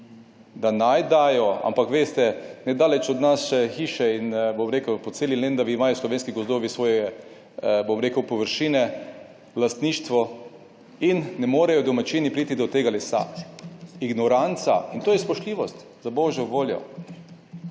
da naj dajo, ampak veste, nedaleč od naše hiše in bom rekel, po celi Lendavi imajo slovenski gozdovi svoje, bom rekel, površine, lastništvo in ne morejo domačini priti do tega lesa. Ignoranca in to je spoštljivost, za božjo voljo.